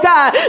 God